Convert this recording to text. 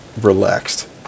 relaxed